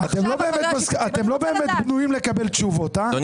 עכשיו אחרי